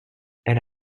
elle